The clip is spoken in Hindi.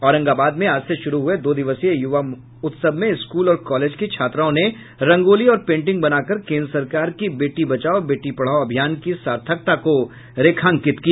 औरंगाबाद में आज से शुरू हुए दो दिवसीय युवा उत्सव में स्कूल और कॉलेज की छात्राओं ने रंगोली और पेंटिंग बनाकर केंद्र सरकार के बेटी बचाओ बेटी पढ़ाओ अभियान की सार्थकता को रेखांकित किया